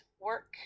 work